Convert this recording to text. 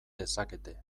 dezakete